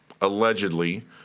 allegedly